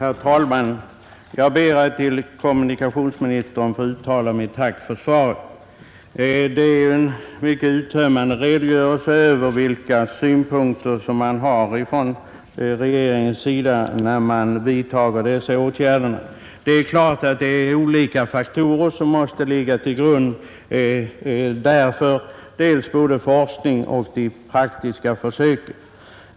Herr talman! Jag ber att till kommunikationsministern få uttala mitt tack för svaret. Det är ju en mycket uttömmande redogörelse för vilka synpunkter man har inom regeringen när man vidtar dessa åtgärder. Det är klart att det är olika faktorer som måste ligga till grund därför, både forskning och praktiska försök.